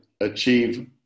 achieve